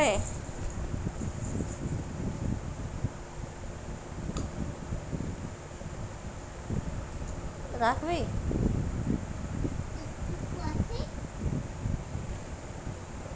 লিজের পুঁজি আর ঋল লিঁয়ে পুঁজিটাকে মিলায় লক ব্যবছা ক্যরে